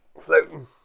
floating